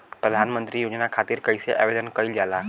प्रधानमंत्री योजना खातिर कइसे आवेदन कइल जाला?